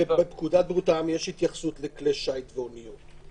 בפקודת בריאות העם יש התייחסות לכלי שיט ואוניות.